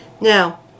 Now